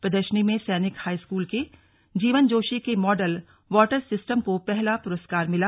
प्रदर्शनी में सैनिक हाइस्कूल के जीवन जोशी के माँडल वॉटर सिस्टम को पहला पुरस्कार मिला